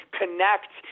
connect